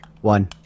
One